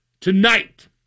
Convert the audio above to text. tonight